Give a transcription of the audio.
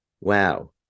wow